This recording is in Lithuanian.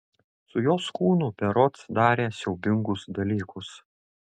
su jos kūnu berods darė siaubingus dalykus